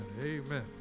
Amen